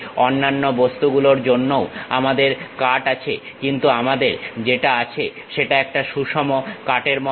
অন্যান্য বস্তু গুলোর জন্যও আমাদের কাট আছেকিন্তু আমাদের যেটা আছে সেটা একটা সুষম কাট এর মতন